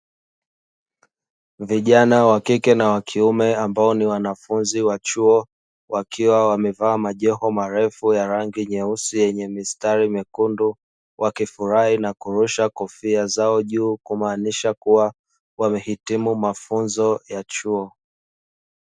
Vijana wa kike na wa kiume, ambao ni wanafunzi wa chuo, wakiwa wamevaa majoho marefu ya rangi nyeusi yenye mistari mekundu, wakifurahi na kurusha kofia zao juu. Kumaanisha kuwa wamehitimu mafunzo ya chuo.